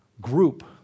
group